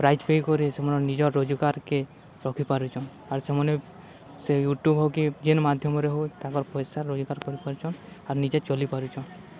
prize ପାଇକରି ସେମାନେ ନିଜର୍ ରୋଜ୍ଗାର୍କେ ରଖିପାରୁଚନ୍ ଆର୍ ସେମାନେ ସେ ୟୁଟ୍ୟୁବ୍ ହଉ କି ଯେନ୍ ମାଧ୍ୟମ୍ରେ ହଉ ତାଙ୍କର୍ ପଏସା ରୋଜ୍ଗାର୍ କରିପାରୁଚନ୍ ଆର୍ ନିଜେ ଚଲିପାରୁଚନ୍